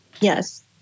yes